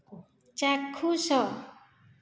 ଚାକ୍ଷୁଷ